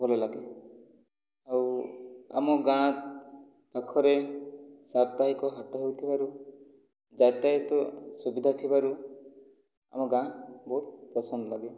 ଭଲ ଲାଗେ ଆଉ ଆମ ଗାଁ ପାଖରେ ସାପ୍ତାହିକ ହାଟ ହେଉଥିବାରୁ ଯାତାୟାତ ସୁବିଧା ଥିବାରୁ ଆମ ଗାଁ ବହୁତ ପସନ୍ଦ ଲାଗେ